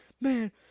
Man